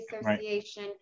association